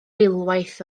eilwaith